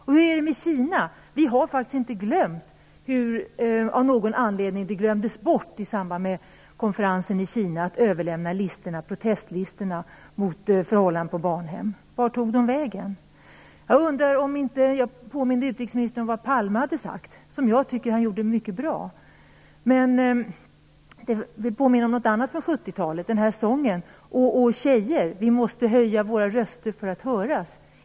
Och hur är det med Kina? Vi har faktiskt inte glömt hur man i samband med konferensen i Kina av någon anledning glömde bort att överlämna protestlistorna mot förhållandena på barnhemmen. Vart tog de vägen? Jag undrar om inte jag påminde utrikesministern om vad Palme sade, något som jag tycker att han gjorde mycket bra. Det påminner också om något annat från 70-talet, nämligen en sång: Å, å, å tjejer, vi måste höja våra röster för att höras.